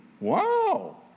Wow